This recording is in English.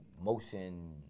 motion